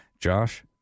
Josh